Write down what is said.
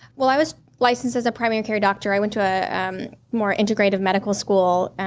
well, i was licensed as a primary care doctor. i went to a um more integrative medical school,